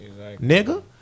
Nigga